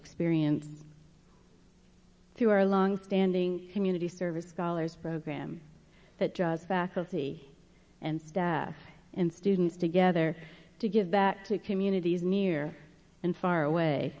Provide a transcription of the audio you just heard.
experience through our long standing community service scholars program that draws faculty and staff and students together to give back to communities near and far away